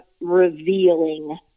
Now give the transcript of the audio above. revealing